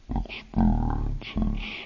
experiences